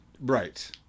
Right